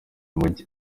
umujyi